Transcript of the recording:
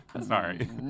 Sorry